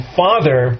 father